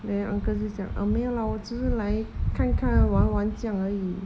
then uncle 就讲 err 没有啦我只是来看看玩玩这样而已